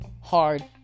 Hard